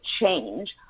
change